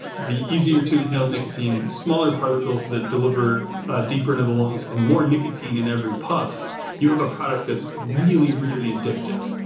the easier to inhale nicotine and smaller particles that deliver deeper into the lungs and more nicotine in every puff you have a product that's really, really addictive